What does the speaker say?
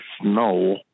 snow